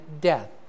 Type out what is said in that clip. death